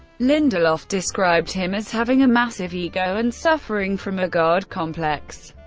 lindelof described him as having a massive ego and suffering from a god complex.